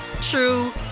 true